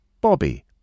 Bobby